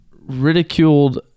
ridiculed